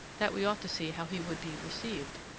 that we ought to see how he would be received,